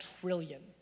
trillion